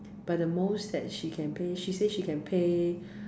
but the most that she can pay she say she can pay